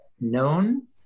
known